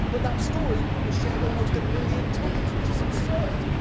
but that story was shared almost a million times, which is absurd.